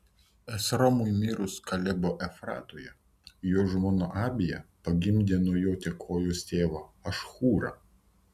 esromui mirus kalebo efratoje jo žmona abija pagimdė nuo jo tekojos tėvą ašhūrą